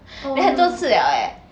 then 很多次了 eh